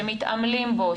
שמתעמלים בו,